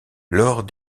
lors